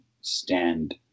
stand